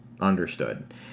understood